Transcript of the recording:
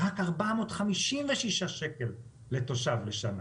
רק 456 שקלים לתושב לשנה.